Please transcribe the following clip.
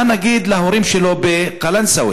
מה נגיד להורים שלו בקלנסואה?